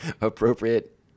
Appropriate